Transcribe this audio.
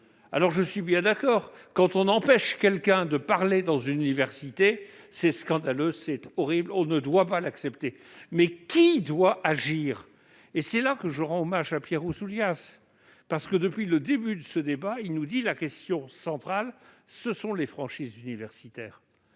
M. le rapporteur pour avis : empêcher quelqu'un de parler dans une université, c'est scandaleux, c'est horrible, et on ne doit pas l'accepter. Cependant, qui doit agir ? Sur ce point, je rends hommage à Pierre Ouzoulias, parce que, depuis le début de ce débat, il nous dit que la question centrale ce sont les franchises universitaires.